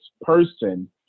person